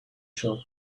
shop